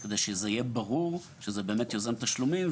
כדי שיהיה ברור שזה באמת יוזם תשלומים,